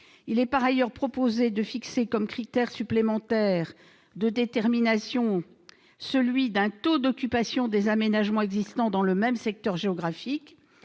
Il est par ailleurs proposé de fixer comme critère supplémentaire de détermination celui d'un taux d'occupation des aménagements existant dans le même secteur géographique.